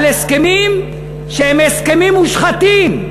על הסכמים שהם הסכמים מושחתים.